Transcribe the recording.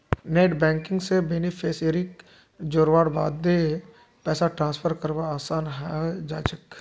net banking स बेनिफिशियरीक जोड़वार बादे पैसा ट्रांसफर करवा असान है जाछेक